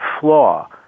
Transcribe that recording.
flaw